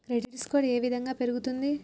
Credit score ఏ విధంగా పెరుగుతుంది?